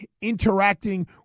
interacting